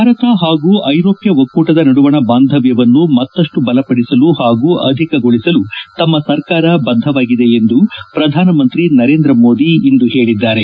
ಭಾರತ ಹಾಗೂ ಐರೋಪ್ಯ ಒಕ್ಕೂಟದ ನಡುವಣ ಬಾಂಧವ್ವವನ್ನು ಮತ್ತಷ್ಟು ಬಲಪಡಿಸಲು ಹಾಗೂ ಅಧಿಕಗೊಳಿಸಲು ತಮ್ಮ ಸರ್ಕಾರ ಬದ್ದವಾಗಿದೆ ಎಂದು ಪ್ರಧಾನಮಂತ್ರಿ ನರೇಂದ್ರ ಮೋದಿ ಇಂದು ಹೇಳಿದ್ದಾರೆ